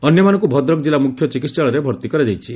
ଅନ୍ୟମାନଙ୍କୁ ଭଦ୍ରକ କିଲ୍ଲା ମୁଖ୍ୟ ଚିକିହାଳୟରେ ଭର୍ତି କରାଯାଇଛି